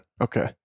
Okay